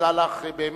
תודה לך באמת,